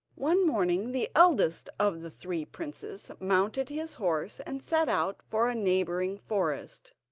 one morning the eldest of the three princes mounted his horse and set out for a neighbouring forest,